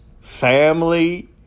family